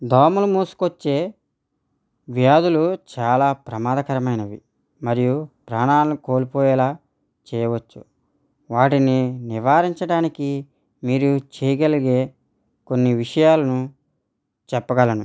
దోమలు మోసుకొచ్చే వ్యాధులు చాలా ప్రమాదకరమైనవి మరియు ప్రాణాలను కోల్పోయేలాగా చేయవచ్చు వాటిని నివారించడానికి మీరు చేయగలిగే కొన్ని విషయాలను చెప్పగలను